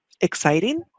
exciting